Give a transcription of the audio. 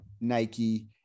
Nike